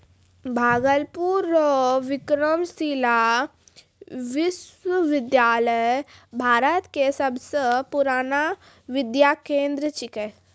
भागलपुर रो विक्रमशिला विश्वविद्यालय भारत के सबसे पुरानो विद्या केंद्र छिकै